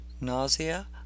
nausea